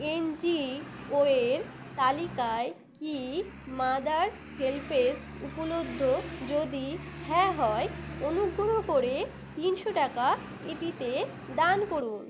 N G O এর তালিকায় কি মাদার হেল্পেজ উপলব্ধ যদি হ্যাঁ হয় অনুগ্রহ করে তিনশো টাকা এটিতে দান করুন